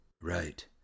Right